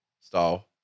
style